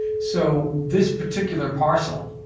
so this particular parcel,